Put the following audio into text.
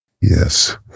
Yes